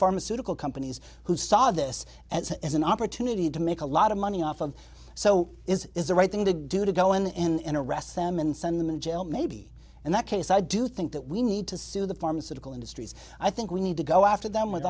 pharmaceutical companies who saw this as an opportunity to make a lot of money off of so is is the right thing to do to go in and arrest them and send them in jail maybe and that case i do think that we need to sue the pharmaceutical industries i think we need to go after them with